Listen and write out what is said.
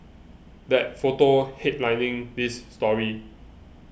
that photo headlining this story